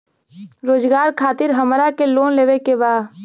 रोजगार खातीर हमरा के लोन लेवे के बा?